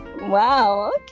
Wow